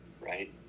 right